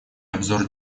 обзор